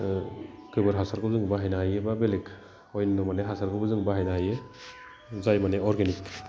गोबोर हासारखौ जों बाहायनो हायो बा बेलेग अयन' मानि हासारखौबो जोङो बाहायनो हायो जाय मानि अर्गेनिक